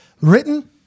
written